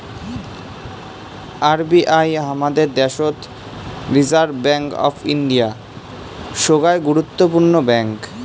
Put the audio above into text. RBI হামাদের দ্যাশোত reserve bank of India, সোগায় গুরুত্বপূর্ণ ব্যাঙ্ক